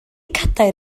cadair